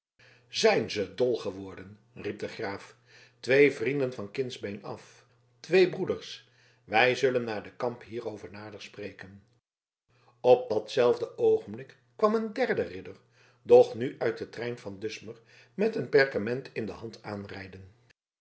zijn zij dol geworden riep de graaf twee vrienden van kindsbeen af twee broeders wij zullen na den kamp hierover nader spreken op datzelfde oogenblik kwam een derde ridder doch nu uit den trein van dusmer met een perkament in de hand aanrijden